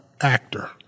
actor